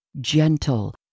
Gentle